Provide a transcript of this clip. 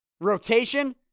Rotation